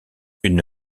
une